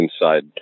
inside